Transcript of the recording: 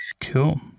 Cool